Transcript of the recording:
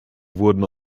wurden